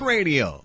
Radio